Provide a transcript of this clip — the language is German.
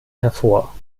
hervor